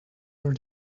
your